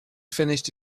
finished